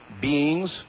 beings